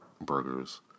burgers